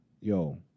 yo